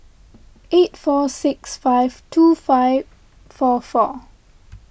eight four six five two five four four